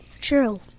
True